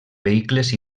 vehicles